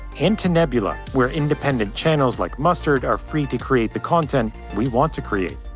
and to nebula, where independent channels like mustard are free to create the content we want to create.